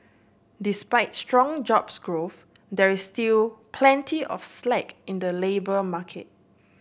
despite strong jobs growth there is still plenty of slack in the labour market